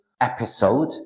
episode